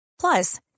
Plus